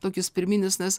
tokius pirminius nes